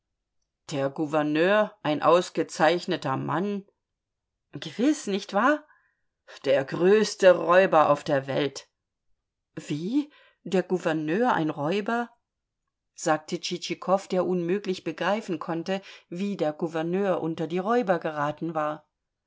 der gouverneur ein ausgezeichneter mann gewiß nicht wahr der größte räuber auf der welt wie der gouverneur ein räuber sagte tschitschikow der unmöglich begreifen konnte wie der gouverneur unter die räuber geraten war